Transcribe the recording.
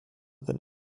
than